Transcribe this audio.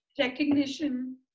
recognition